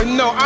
no